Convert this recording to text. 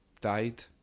died